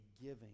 giving